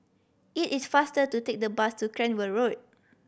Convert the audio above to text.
it is faster to take the bus to Cranwell Road